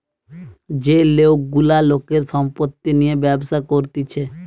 যে লোক গুলা লোকের সম্পত্তি নিয়ে ব্যবসা করতিছে